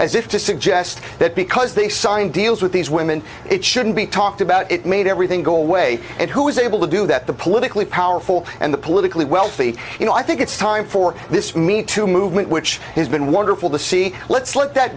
as if to suggest that because they signed deals with these women it shouldn't be talked about it made everything go away and who is able to do that the politically powerful and the politically wealthy you know i think it's time for this me to movement which has been wonderful to see let's look at that